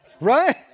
Right